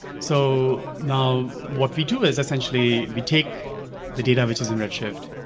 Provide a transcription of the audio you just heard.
so now, what we do is essentially we take the data which is in redshift,